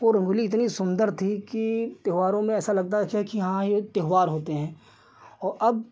वह रंगोली इतनी सुन्दर थी कि त्योहारों में ऐसा लगता था कि हाँ यह त्योहार होते हैं और अब